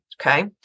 Okay